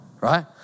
right